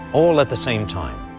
all at the same time.